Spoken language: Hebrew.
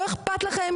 לא אכפת לכם,